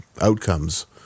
outcomes